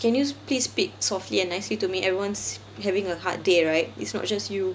can you please speak softly and nicely to me everyone's having a hard day right it's not just you